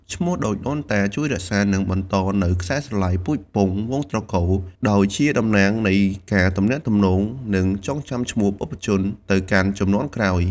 ឈ្មោះដូចដូនតា ជួយរក្សា និងបន្តនូវខ្សែស្រឡាយពូជពង្សវង្សត្រកូល ដោយជាតំណាងនៃការទំនាក់ទំនង និងចងចាំឈ្មោះបុព្វជនទៅកាន់ជំនាន់ក្រោយ។